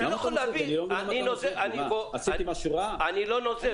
אני לא נוזף.